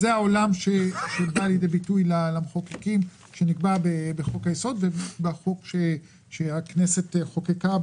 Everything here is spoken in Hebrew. זה העולם שנקבע בחוק היסוד שהכנסת חוקקה.